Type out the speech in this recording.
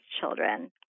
children